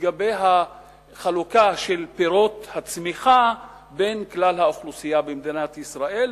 לגבי החלוקה של פירות הצמיחה בין כלל האוכלוסייה במדינת ישראל.